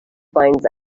finds